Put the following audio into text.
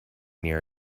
near